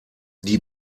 die